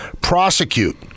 prosecute